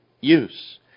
use